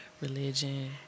religion